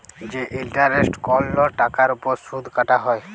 যে ইলটারেস্ট কল টাকার উপর সুদ কাটা হ্যয়